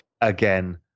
again